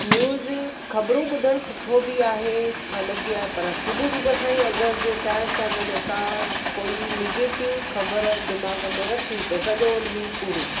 news ख़बरू ॿुधण सुठो बि आहे ग़लति बि आहे पर सुबुह सुबुह असांजी अगरि जीअं चांहि सां गॾु असां कोई नेगेटिव ख़बर दिमाग़ में रखी त सॼो ॾींहुं पुरो